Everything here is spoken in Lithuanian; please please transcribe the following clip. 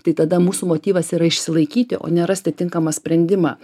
tai tada mūsų motyvas yra išsilaikyti o ne rasti tinkamą sprendimą